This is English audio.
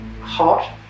hot